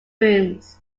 rooms